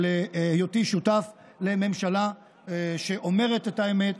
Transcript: על היותי שותף לממשלה שאומרת את האמת,